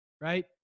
right